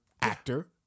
actor